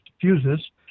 fuses